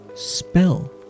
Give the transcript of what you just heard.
Spell